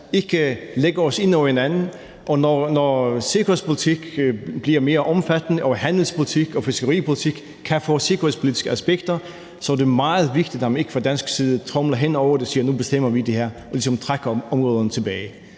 ikke lægger os ind over hinanden, og når sikkerhedspolitik bliver mere omfattende, og når handelspolitik og fiskeripolitik kan få sikkerhedspolitiske aspekter, er det meget vigtigt, at man ikke fra dansk side tromler hen over det og siger, at nu bestemmer vi det her, og ligesom trækker områderne tilbage.